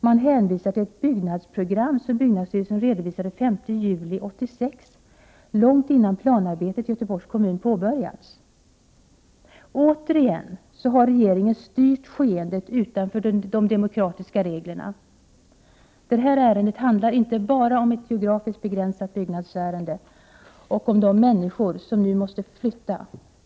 Man hänvisar till ett byggnadsprogram som byggnadsstyrelsen redovisat den 5 juli 1986, långt innan planarbetet i Göteborgs kommun påbörjats. Återigen har regeringen styrt skeendet utanför de demokratiska reglerna. Här handlar det inte om ett geografiskt begränsat byggnadsärende och om de människor som nu måste flytta.